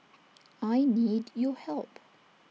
I need your help